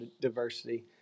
diversity